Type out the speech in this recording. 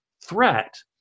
threat